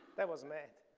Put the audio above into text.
that was mad.